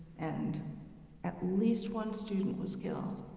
and at least one student was killed.